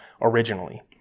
originally